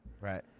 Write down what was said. Right